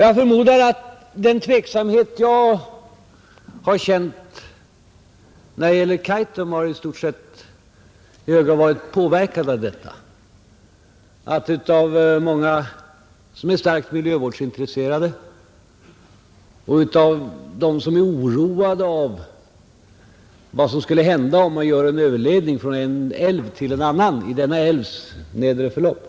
Jag förmodar att den tveksamhet jag själv känt när det gäller Kaitum i stort sett har påverkats av de många människor som är starkt miljövårdsintresserade och av dem som är oroade över vad som skulle hända om man gör en överledning från en älv till en annan i den senare älvens nedre förlopp.